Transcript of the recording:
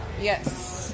yes